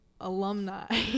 alumni